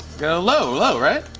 go low, low, right?